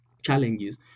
Challenges